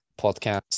podcast